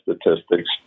statistics